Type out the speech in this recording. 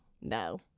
No